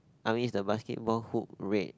I mean is the basketball hoop red